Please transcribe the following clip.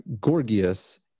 Gorgias